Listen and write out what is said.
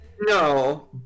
No